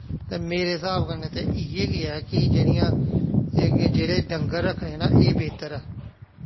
ते मेरे स्हाब कन्नै ते इ'यै ऐ कि जेह्ड़ियां जेह्ड़े डंगर रक्खने ना एह् बेह्तर ऐ